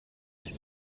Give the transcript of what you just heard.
sie